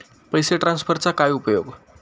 पैसे ट्रान्सफरचा काय उपयोग?